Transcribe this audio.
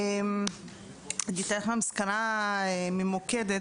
אני אתן לך מסקנה ממוקדת,